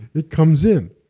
it comes in,